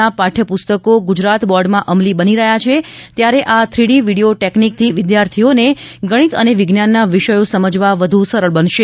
ના પાઠવ પુસ્તકો ગુજરાત બોર્ડમાં અમલી બની રહ્યા છે ત્યારે આ થ્રી ડી વીડીયો ટેકનીકથી વિદ્યાર્થીઓને ગણિત અને વિજ્ઞાનના વિષયો સમજવા વ્ધુ સરળ બનશે